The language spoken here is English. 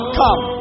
come